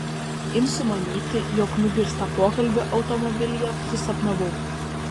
imsiu manyti jog nugirstą pokalbį automobilyje susapnavau